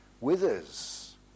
withers